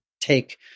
take